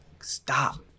stop